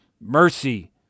mercy